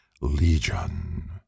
Legion